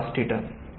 cosgW